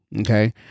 Okay